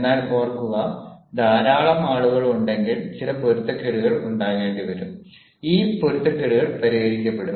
എന്നാൽ ഓർക്കുക ധാരാളം ആളുകൾ ഉണ്ടെങ്കിൽ ചില പൊരുത്തക്കേടുകൾ ഉണ്ടാകേണ്ടിവരും ഈ പൊരുത്തക്കേട് പരിഹരിക്കപ്പെടും